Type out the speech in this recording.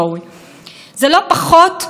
שבו יש רק בית נבחרים אחד,